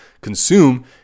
consume